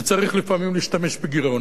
וצריך לפעמים להשתמש בגירעון,